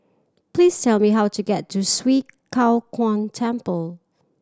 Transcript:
please tell me how to get to Swee Kow Kuan Temple